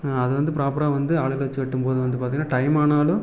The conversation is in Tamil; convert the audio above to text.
அது வந்து ப்ராப்பராக வந்து ஆளுங்களை வச்சு வெட்டும்போது வந்து பார்த்திங்கன்னா டைம் ஆனாலும்